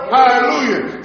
Hallelujah